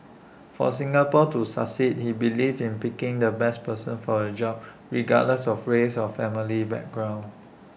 for Singapore to succeed he believed in picking the best person for A job regardless of race or family background